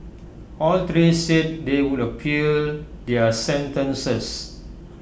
all three said they would appeal their sentences